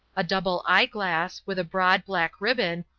a double eye-glass, with a broad, black ribbon,